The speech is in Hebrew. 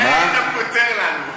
אולי היית פותר לנו.